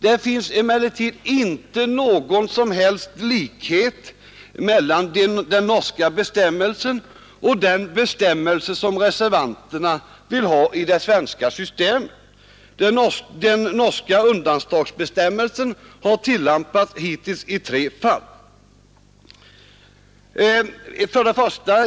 Det finns emellertid inte någon som helst likhet mellan den norska bestämmelsen och den bestämmelse som reservanterna vill ha i det svenska systemet. Den norska undantagsbestämmelsen har hittills tillämpats i tre fall.